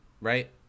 right